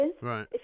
Right